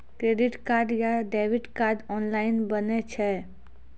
Credit card या debit card online बनै छै?